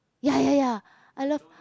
ya ya ya I love